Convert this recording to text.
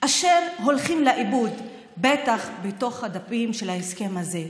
אשר בטח הולכים לאיבוד בתוך הדפים של ההסכם הזה,